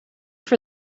for